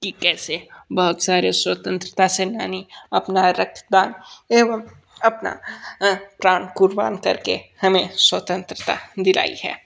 कि कैसे बहुत सारे स्वतंत्रता सेनानी अपना रक्तदान एवं अपना प्राण कुर्बान करके हमें स्वतंत्रता दिलाई है